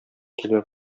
килә